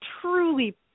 truly